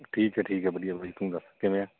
ਠੀਕ ਹੈ ਠੀਕ ਹੈ ਵਧੀਆ ਬਾਈ ਤੂੰ ਦੱਸ ਕਿਵੇਂ ਆ